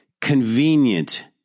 convenient